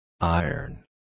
Iron